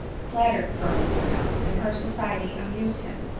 flattered colonel mordaunt, and her society amused him,